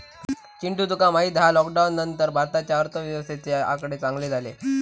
चिंटू तुका माहित हा लॉकडाउन नंतर भारताच्या अर्थव्यवस्थेचे आकडे चांगले झाले